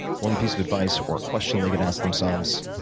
one piece of advice or a question they could ask themselves,